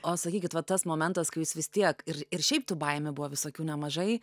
o sakykit va tas momentas kai jūs vis tiek ir ir šiaip tų baimių buvo visokių nemažai